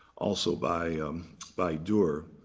also by by durer.